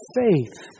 faith